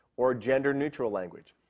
or gender-neutral language.